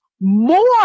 more